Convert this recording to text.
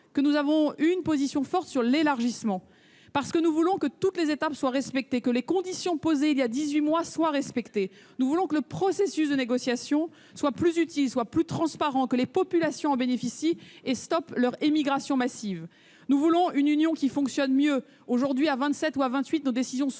que nous avons une position forte en matière d'élargissement, parce que nous voulons que toutes les étapes soient respectées, que les conditions posées voilà dix-huit mois soient respectées. Nous voulons que le processus de négociation soit plus utile, plus transparent, que les populations en bénéficient et stoppent leur émigration massive. Nous voulons une Union européenne qui fonctionne mieux, car, aujourd'hui, à 27 ou à 28, nos décisions sont